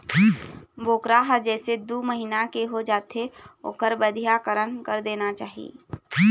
बोकरा ह जइसे दू महिना के हो जाथे ओखर बधियाकरन कर देना चाही